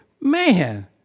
man